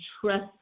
trust